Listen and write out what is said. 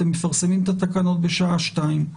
אתם מפרסמים את התקנות בשעה שתיים.